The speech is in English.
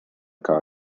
call